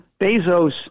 Bezos